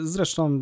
Zresztą